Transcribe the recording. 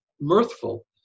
mirthful